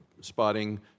spotting